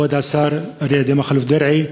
כבוד השר אריה מכלוף דרעי,